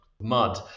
mud